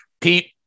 Pete